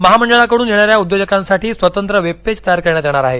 महामंडळाकडून येणाऱ्या उद्योजकांसाठी स्वतंत्र वेब पेज तयार करण्यात येणार आहे